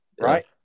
right